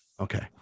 Okay